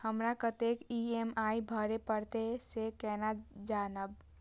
हमरा कतेक ई.एम.आई भरें परतें से केना जानब?